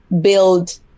build